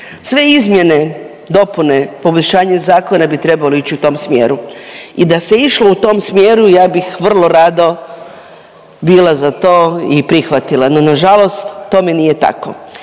Sve izmjene, dopune, poboljšanje zakona bi trebalo ići u tom smjeru. I da se išlo u tom smjeru ja bih vrlo rado bila za to i prihvatila, no nažalost tome nije tako.